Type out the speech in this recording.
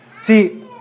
See